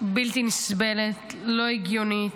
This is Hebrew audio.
בלתי נסבלת, לא הגיונית.